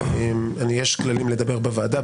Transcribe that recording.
יש כללים לדבר בוועדה,